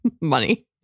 Money